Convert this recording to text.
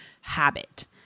habit